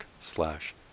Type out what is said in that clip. slash